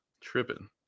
tripping